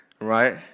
right